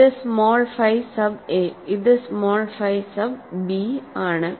ഇത് small phi sub A ഇത് small phi sub B ആണ്